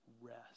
rest